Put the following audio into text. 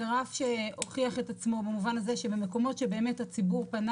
זה רף שהוכיח את עצמו במובן הזה שבמקומות שבאמת הציבור פנה